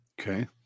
Okay